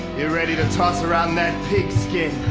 you're ready to toss around that pigskin?